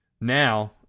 now